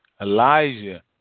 Elijah